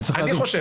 אני חושב.